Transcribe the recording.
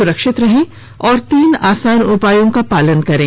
सुरक्षित रहें और तीन आसान उपायों का पालन करें